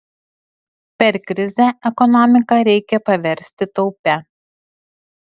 per krizę ekonomiką reikia paversti taupia